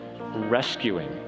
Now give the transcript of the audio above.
rescuing